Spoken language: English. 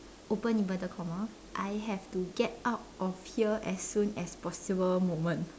open inverted comma I have to get out of here as soon as possible moment